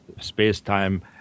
space-time